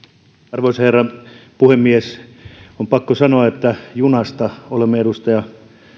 arvoisa herra puhemies on pakko sanoa että junasta olemme edustaja